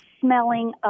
smelling